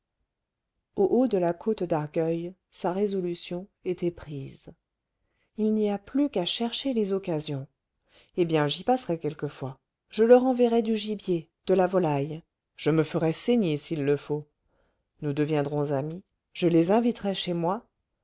au haut de la côte d'argueil sa résolution était prise il n'y a plus qu'à chercher les occasions eh bien j'y passerai quelquefois je leur enverrai du gibier de la volaille je me ferai saigner s'il le faut nous deviendrons amis je les inviterai chez moi